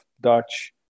Dutch